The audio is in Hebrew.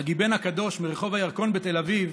"הגיבן הקדוש" מרחוב הירקון בתל אביב,